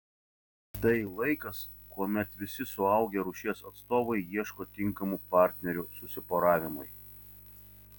tai laikas kuomet visi suaugę rūšies atstovai ieško tinkamų partnerių susiporavimui